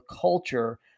culture